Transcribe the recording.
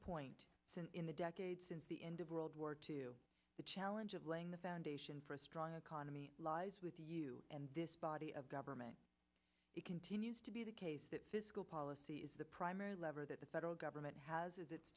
point in the decade since the end of world war two the challenge of laying the foundation for a strong economy lies with you and this body of government it continues to be the case that fiscal policy is the primary lever that the federal government has its